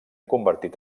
convertit